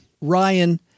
Ryan